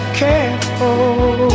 careful